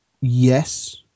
Yes